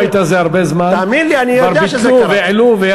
בבית הזה הרבה זמן, תאמין לי, אני יודע שזה קרה.